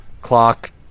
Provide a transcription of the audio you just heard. clock